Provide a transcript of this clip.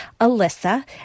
ALYSSA